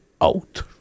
out